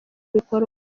bikorwa